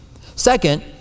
Second